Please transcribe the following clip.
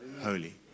holy